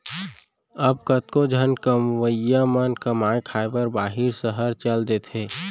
अब कतको झन कमवइया मन कमाए खाए बर बाहिर सहर चल देथे